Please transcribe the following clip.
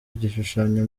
igishushanyo